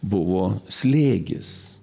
buvo slėgis